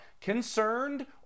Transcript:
concerned